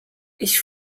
ich